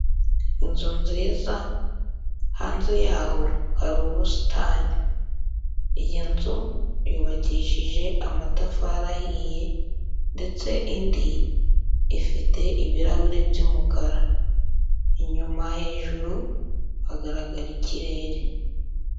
Inzu nziza hanze yaho hari ubusitani, iyi nzu yubakishije amatafari ahiye ndetse indi ifite ibirahuri by'umukara, inyuma hejuru hagaragara ikirere.